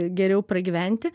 geriau pragyventi